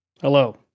Hello